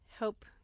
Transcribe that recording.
Help